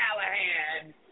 Callahan